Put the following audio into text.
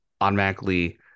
automatically